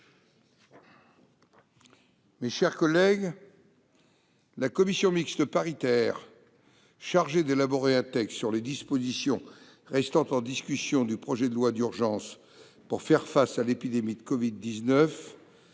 des conclusions de la commission mixte paritaire chargée d'élaborer un texte sur les dispositions restant en discussion du projet de loi d'urgence pour faire face à l'épidémie de Covid-19